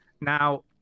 Now